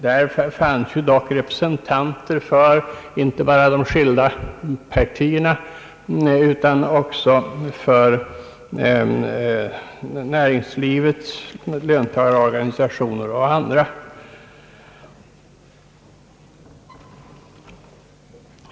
Där fanns dock representanter inte bara för de olika partierna utan också för näringslivet, löntagarorganisationer och andra.